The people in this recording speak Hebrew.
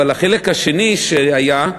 אבל החלק השני שהיה,